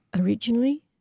Originally